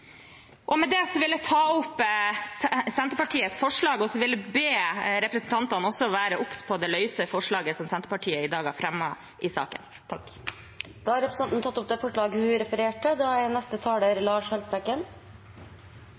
Med det vil jeg ta opp Senterpartiets forslag og be representantene være obs på det løse forslaget som Senterpartiet i dag har fremmet i saken. Representanten Sandra Borch har tatt opp det forslaget hun refererte til.